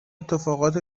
اتفاقات